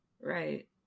Right